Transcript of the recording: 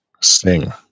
sing